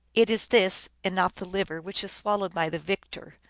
it is this, and not the liver, which is swallowed by the victor,